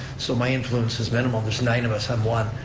so my influence is minimal. there's nine of us on one,